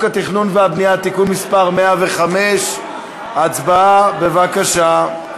התכנון והבנייה (תיקון מס' 105). בבקשה.